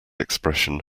expression